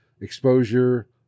exposure